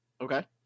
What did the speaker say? okay